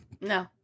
no